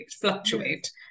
fluctuate